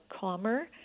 calmer